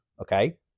okay